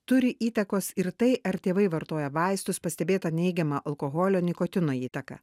turi įtakos ir tai ar tėvai vartoja vaistus pastebėta neigiama alkoholio nikotino įtaka